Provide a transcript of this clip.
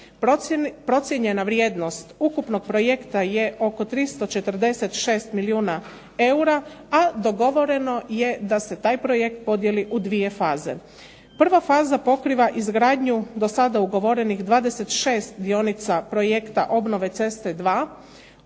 Procijenjena vrijednost ukupnog projekta je oko 346 milijuna eura, a dogovoreno je da se taj projekt podijeli u dvije faze. Prva faza pokriva izgradnju do sada ugovorenih 26 dionica projekta obnove ceste